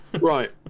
Right